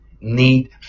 Need